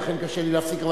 ולכן קשה לי להפסיק,